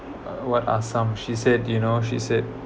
uh what are some she said you know she said